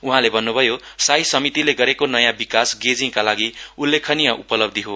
उहाँले भन्नुभयो साई समितिले गरेको नयाँ विकास गेजिङका लागि उल्लेखनीय उपलब्धी हो